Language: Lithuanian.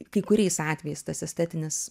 kai kuriais atvejais tas estetinis